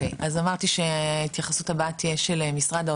תודה רבה.